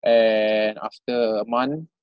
and after a month